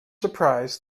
surprise